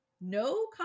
No